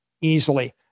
easily